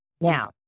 now